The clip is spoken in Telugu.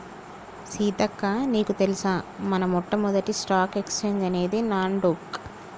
సీతక్క నీకు తెలుసా మన మొట్టమొదటి స్టాక్ ఎక్స్చేంజ్ అనేది నాస్ డొక్